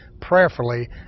prayerfully